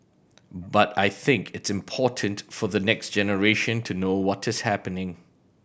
but I think it's important for the next generation to know what is happening